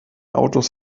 autos